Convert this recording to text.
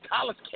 college